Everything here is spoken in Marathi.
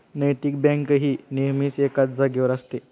नैतिक बँक ही नेहमीच एकाच जागेवर असते